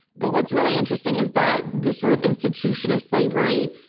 but what's really interesting is that this sort of institution of slavery,